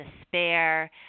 despair